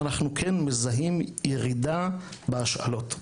אנחנו כן מזהים ירידה בהשאלות,